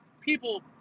people